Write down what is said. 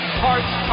parts